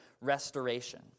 restoration